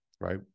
right